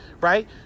right